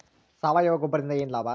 ಸಾವಯವ ಗೊಬ್ಬರದಿಂದ ಏನ್ ಲಾಭ?